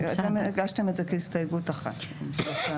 אתם הגשתם את זה כהסתייגות אחת.